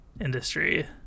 industry